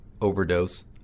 overdose